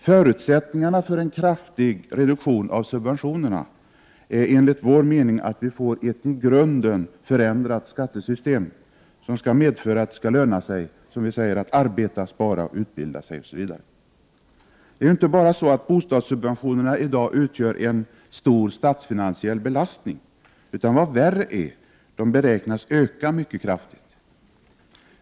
Förutsättningarna för en kraftig reduktion av subventionerna är enligt vår mening ett i grunden förändrat skattesystem som skall medföra att det lönar sig att arbeta, spara, utbilda sig osv. Det är ju inte bara så att bostadssubventionerna i dag utgör en stor statsfinansiell belastning utan — vad värre är — de beräknas öka mycket kraftigt.